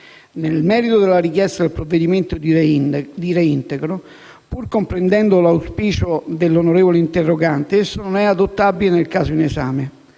Nel merito della richiesta del provvedimento di reintegro, pur comprendendo l'auspicio dell'onorevole interrogante, esso non è adottabile nel caso in esame.